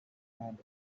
hand